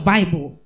Bible